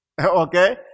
Okay